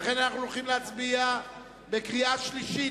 לכן אנחנו הולכים להצביע בקריאה שלישית.